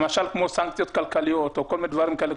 למשל סנקציות כלכליות או כל מיני דברים כאלה,